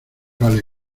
vale